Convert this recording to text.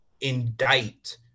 indict